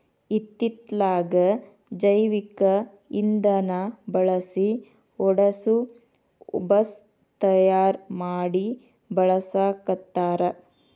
ಇತ್ತಿತ್ತಲಾಗ ಜೈವಿಕ ಇಂದನಾ ಬಳಸಿ ಓಡಸು ಬಸ್ ತಯಾರ ಮಡಿ ಬಳಸಾಕತ್ತಾರ